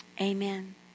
Amen